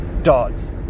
dogs